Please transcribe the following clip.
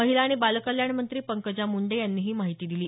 महिला आणि बालकल्याण मंत्री पंकजा मुंडे यांनी ही माहिती दिली